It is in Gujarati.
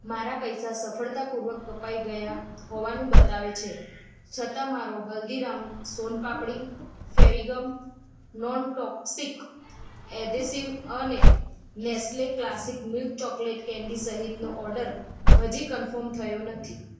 મારા પૈસા સફળતાપૂર્વક કપાઈ ગયા હોવાનું બતાવે છે છતાં મારો હલ્દીરામ સોન પાપડી ફેવિગમ નોનટોક્સિક એધેસિવ અને Nestle classic milk chocolate candy સહિતનો ઑર્ડર હજી કન્ફર્મ થયો નથી